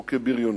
או כבריונות,